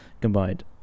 combined